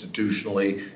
institutionally